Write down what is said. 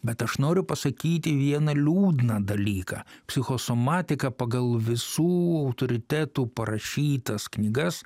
bet aš noriu pasakyti vieną liūdną dalyką psichosomatika pagal visų autoritetų parašytas knygas